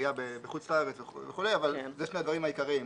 שהייה בחוץ לארץ וכו' אבל זה שני הדברים העיקריים,